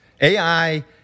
AI